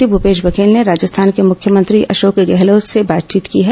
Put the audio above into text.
मुख्यमंत्री भूपेश बघेल ने राजस्थान के मुख्यमंत्री अशोक गहलोत से बातचीत की है